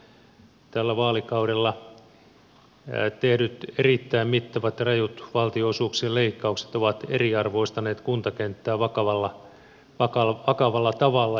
on selvä että tällä vaalikaudella tehdyt erittäin mittavat ja rajut valtionosuuksien leikkaukset ovat eriarvoistaneet kuntakenttää vakavalla tavalla